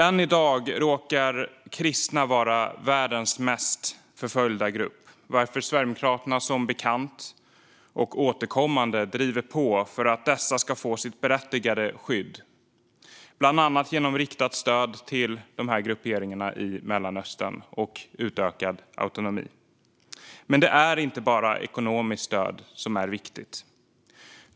Än i dag råkar kristna vara världens mest förföljda grupp, varför Sverigedemokraterna som bekant återkommande driver på för att dessa ska få sitt berättigade skydd, bland annat genom riktat stöd till de här grupperingarna i Mellanöstern och utökad autonomi. Men det är inte bara ekonomiskt stöd som är viktigt.